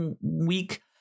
week